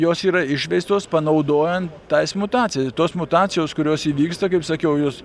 jos yra išveistos panaudojant tas mutacijas tos mutacijos kurios įvyksta kaip sakiau jos